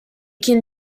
can